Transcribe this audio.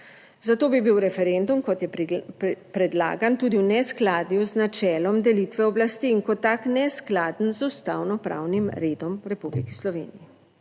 Zato bi bil referendum, kot je predlagan, tudi v neskladju z načelom delitve oblasti in kot tak neskladen z ustavno pravnim redom v Republiki Sloveniji.